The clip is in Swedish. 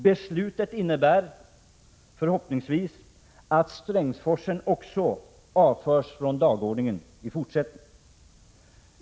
Beslutet innebär förhoppningsvis att Strängsforsen också i fortsättningen avförs från dagordningen.